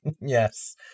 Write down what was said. Yes